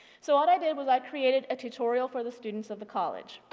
so what i did was i created a tutorial for the students of the college.